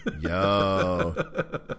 Yo